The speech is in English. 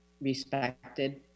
respected